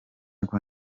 uko